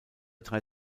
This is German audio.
drei